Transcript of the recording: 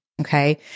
Okay